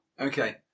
Okay